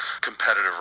competitive